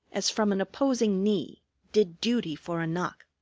as from an opposing knee, did duty for a knock.